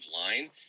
line